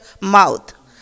mouth